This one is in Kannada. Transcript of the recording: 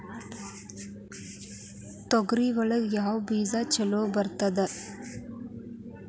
ತೊಗರಿ ಒಳಗ ಯಾವ ಬೇಜ ಛಲೋ ಬರ್ತದ?